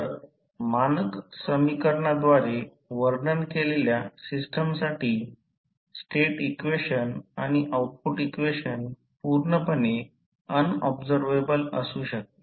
तर मानक समीकरणाद्वारे वर्णन केलेल्या सिस्टमसाठी स्टेट इक्वेशन आणि आउटपुट इक्वेशन पूर्णपणे अन ऑब्झरवेबल असू शकते